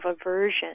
aversion